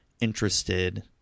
interested